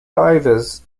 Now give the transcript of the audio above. divers